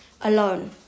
alone